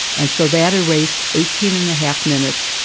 and so they had raced eighteen and a half minutes,